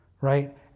right